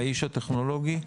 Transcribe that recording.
האיש הטכנולוגי?